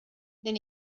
then